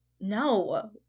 No